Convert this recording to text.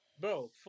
Bro